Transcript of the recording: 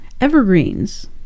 evergreens